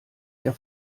der